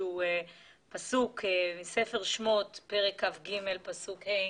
בספר שמות פרק כ"ג פסוק ה'